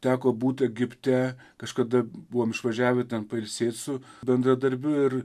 teko būt egipte kažkada buvom išvažiavę ten pailsėt su bendradarbiu ir